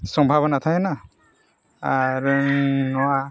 ᱥᱚᱢᱵᱷᱚᱵᱚᱱᱟ ᱛᱟᱦᱮᱱᱟ ᱟᱨ ᱱᱚᱣᱟ